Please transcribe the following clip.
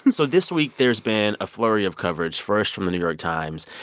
and so this week, there's been a flurry of coverage, first from the new york times,